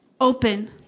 open